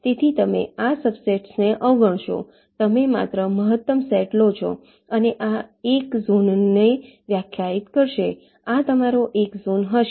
તેથી તમે આ સબસેટ્સને અવગણશો તમે માત્ર મહત્તમ સેટ લો છો અને આ એક ઝોનને વ્યાખ્યાયિત કરશે આ તમારો એક ઝોન હશે